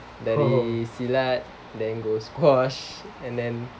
dari silat then go squash